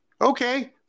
Okay